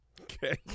okay